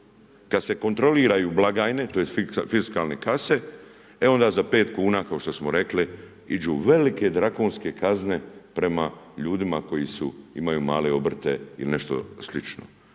kad se kontroliraju blagajne, tj. fiskalne kase, e onda za 5 kuna kao što smo rekli, idu velike drakonske kazne prema ljudima koji imaju male obrte ili nešto slično.